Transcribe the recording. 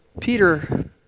Peter